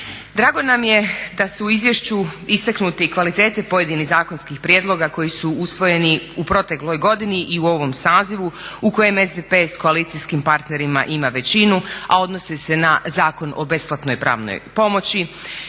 Drago nam je da su u izvješću istaknuti kvalitete pojedinih zakonskih prijedloga koji su usvojeni u protekloj godini i u ovom sazivu u kojem SDP sa koalicijskim partnerima ima većinu, a odnosi se na Zakon o besplatnoj pravnoj pomoći,